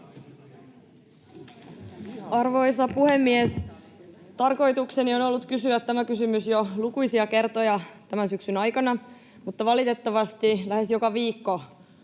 Arvoisa puhemies! Tarkoitukseni on ollut kysyä tämä kysymys jo lukuisia kertoja tämän syksyn aikana, mutta valitettavasti lähes joka viikko